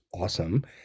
awesome